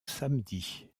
samedi